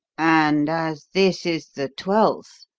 and as this is the twelfth,